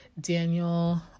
Daniel